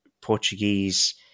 Portuguese